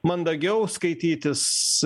mandagiau skaitytis